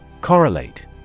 Correlate